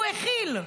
הוא הכיל.